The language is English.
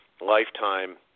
lifetime